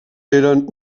eren